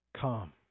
Come